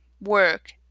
work